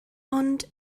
ond